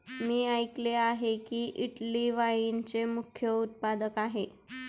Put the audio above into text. मी ऐकले आहे की, इटली वाईनचे मुख्य उत्पादक होते